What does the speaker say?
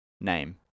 name